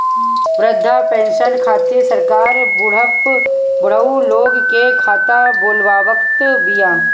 वृद्धा पेंसन खातिर सरकार बुढ़उ लोग के खाता खोलवावत बिया